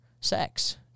sex